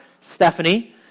Stephanie